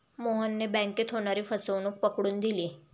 मोहनने बँकेत होणारी फसवणूक पकडून दिली